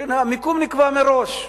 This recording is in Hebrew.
שהמקום נקבע מראש.